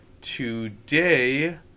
today